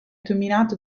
dominato